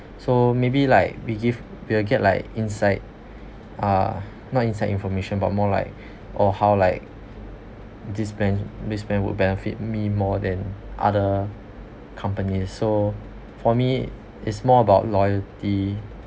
so maybe like we give we'll get like inside uh not inside information but more like or how like this brand this brand would benefit me more than other company so for me is more about loyalty